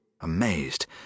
amazed